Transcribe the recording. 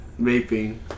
vaping